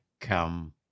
come